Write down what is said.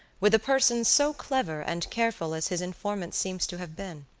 with a person so clever and careful as his informant seems to have been.